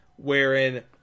wherein